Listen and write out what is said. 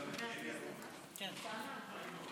גברתי היושבת-ראש,